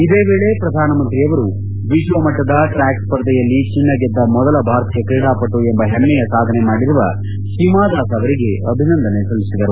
ಇದೇ ವೇಳೆ ಪ್ರಧಾನಮಂತ್ರಿಯವರು ವಿಶ್ವಮಟ್ಟದ ಟ್ರ್ಯಕ್ ಸ್ಪರ್ಧೆಯಲ್ಲಿ ಚಿನ್ನ ಗೆದ್ದ ಮೊದಲ ಭಾರತೀಯ ಕ್ರೀಡಾಪಟು ಎಂಬ ಹೆಮ್ಮೆಯ ಸಾಧನೆ ಮಾಡಿರುವ ಹಿಮಾದಾಸ್ ಅವರಿಗೆ ಅಭಿನಂದನೆ ಸಲ್ಲಿಸಿದರು